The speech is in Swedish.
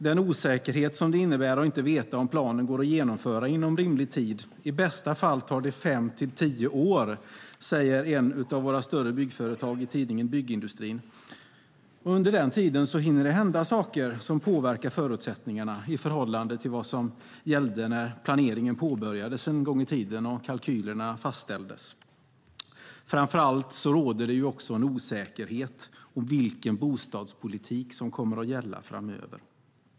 Det innebär en osäkerhet att inte veta om planen går att genomföra inom rimlig tid. I bästa fall tar det fem tio år, säger en representant för ett av våra större byggföretag i tidningen Byggindustrin. Under den tiden hinner det hända saker som påverkar förutsättningarna i förhållande till vad som gällde när planeringen en gång i tiden påbörjades och kalkylerna fastställdes, framför allt om det råder osäkerhet om vilken bostadspolitik som kommer att gälla framöver.